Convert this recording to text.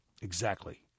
Exactly